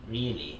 really